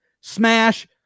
smash